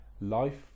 life